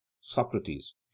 Socrates